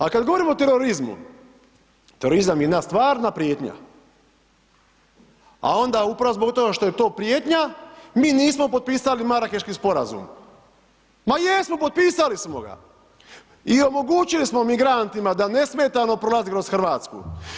A kad govorimo terorizmu, terorizam je jedna stvarna prijetnja, a onda upravo zbog toga što je to prijetnja mi nismo potpisali Marakeški sporazum, ma jesmo potpisali smo ga i omogućili smo emigrantima da nesmetano prolaze kroz Hrvatsku.